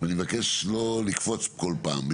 ואני מבקש לא לקפוץ כל פעם.